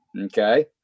Okay